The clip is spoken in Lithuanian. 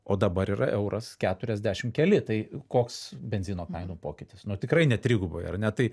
o dabar yra euras keturiasdešim keli tai koks benzino kainų pokytis nu tikrai ne trigubai ar ne tai